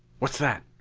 what's that?